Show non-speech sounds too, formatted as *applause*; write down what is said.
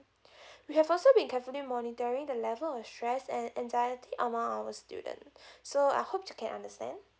*breath* we have also been carefully monitoring the level of stress and anxiety among our student *breath* so I hope you can understand